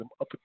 up